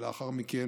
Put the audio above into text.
ולאחר מכן,